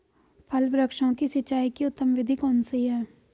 फल वृक्षों की सिंचाई की उत्तम विधि कौन सी है?